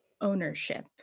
ownership